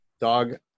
dog